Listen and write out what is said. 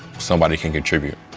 somebody can contribute